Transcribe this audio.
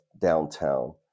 downtown